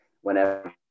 whenever –